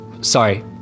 sorry